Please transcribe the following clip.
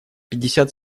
пятьдесят